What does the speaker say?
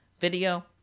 video